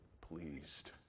pleased